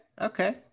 Okay